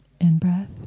in-breath